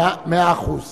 מאה אחוז.